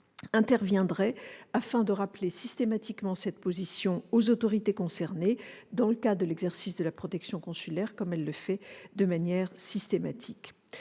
interviendrait afin de rappeler cette position aux autorités concernées, dans le cadre de l'exercice de la protection consulaire, comme elle le fait de manière systématique.